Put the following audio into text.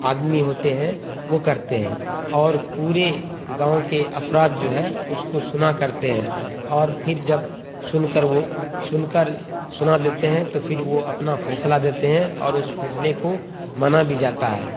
آدمی ہوتے ہیں وہ کرتے ہیں اور پورے گاؤں کے افراد جو ہے اس کو سنا کرتے ہیں اور پھر جب سن کر وہ سن کر سنا دیتے ہیں تو فر وہ اپنا فیصلہ دیتے ہیں اور اس فیصلے کو مانا بھی جاتا ہے